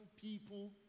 people